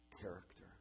character